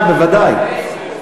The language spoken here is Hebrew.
בוודאי.